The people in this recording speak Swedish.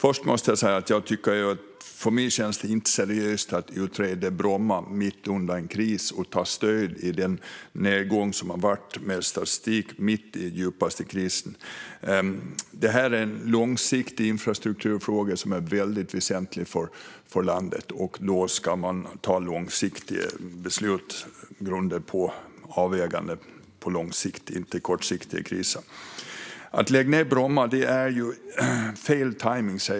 Först måste jag säga att det inte känns seriöst att utreda Bromma mitt under en kris och ta stöd i nedgång och statistik mitt under den djupaste krisen. Det här är en långsiktig infrastrukturfråga som är väldigt väsentlig för landet, och då ska man ta långsiktiga beslut utifrån avväganden på lång sikt och inte på kort sikt i kris. Att lägga ned Bromma är fel tajmning.